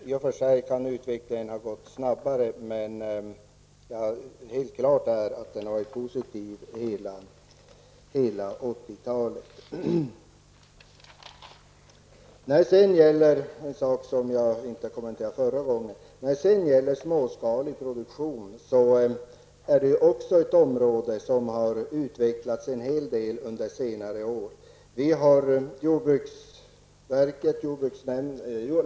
I och för sig kunde utvecklingen ha gått snabbare, men den har dock varit positiv under hela 80-talet. Småskalig produktion är också ett område som har utvecklats en hel del under senare år.